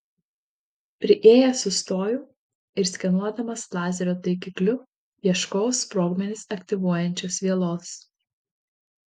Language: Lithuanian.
priėjęs sustojau ir skenuodamas lazerio taikikliu ieškojau sprogmenis aktyvuojančios vielos